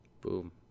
Boom